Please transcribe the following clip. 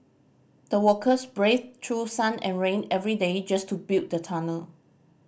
the workers braved through sun and rain every day just to build the tunnel